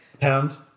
Pound